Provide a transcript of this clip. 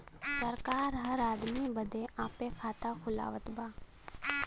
सरकार हर आदमी बदे आपे खाता खुलवावत बा